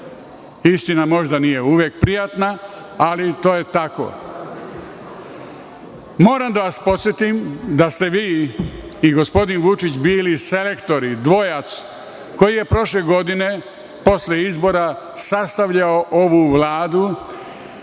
Istina možda nije uvek prijatna, ali to je tako. Moram da vas podsetim da ste vi i gospodin Vučić bili selektori, dvojac koji je prošle godine, posle izbora, sastavljao ovu vladu